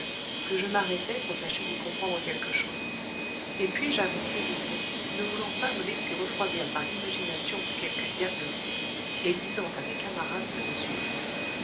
que je m'arrêtai pour tâcher d'y comprendre quelque chose et puis j'avançai vitement ne voulant pas me laisser refroidir par l'imagination de quelque diablerie et disant à mes camarades de me suivre